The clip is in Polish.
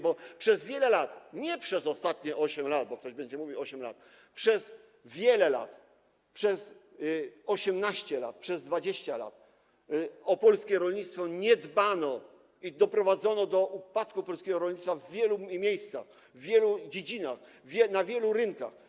Bo przez wiele lat, nie przez ostatnie 8 lat, bo ktoś będzie mówił 8 lat, przez wiele lat, przez 18 lat, przez 20 lat o polskie rolnictwo nie dbano i doprowadzono do upadku polskiego rolnictwa w wielu miejscach, w wielu dziedzinach, na wielu rynkach.